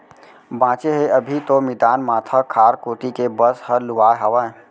बांचे हे अभी तो मितान माथा खार कोती के बस हर लुवाय हावय